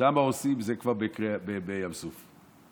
זה כבר בים סוף.